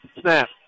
snap